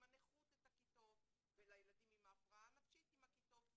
הנכות את הכיתות ולילדים עם ההפרעה הנפשית עם הכיתות.